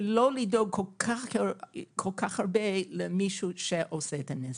ולא לדאוג כל כך הרבה למישהו שעושה את הנזק.